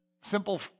Simple